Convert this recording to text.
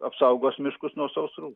apsaugos miškus nuo sausrų